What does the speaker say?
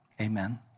amen